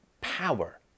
power